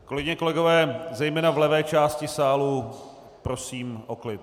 Kolegyně, kolegové, zejména v levé části sálu, prosím o klid.